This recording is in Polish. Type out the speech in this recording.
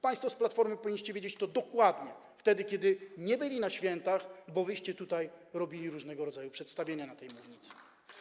Państwo z Platformy, powinniście wiedzieć o tym dokładnie, kiedy nie byli na świętach, bo wyście tutaj robili różnego rodzaju przedstawienia na tej mównicy.